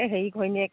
এ হেৰি ঘৈণীয়েক